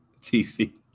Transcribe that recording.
TC